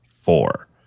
four